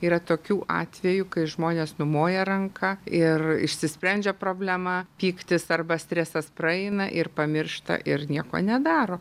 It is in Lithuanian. yra tokių atvejų kai žmonės numoja ranka ir išsisprendžia problema pyktis arba stresas praeina ir pamiršta ir nieko nedaro